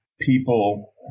people